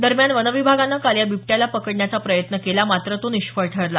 दरम्यान वनविभागानं काल या बिबट्याला पकडण्याचा प्रयत्न केला मात्र तो निष्फळ ठरला